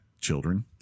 children